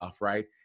right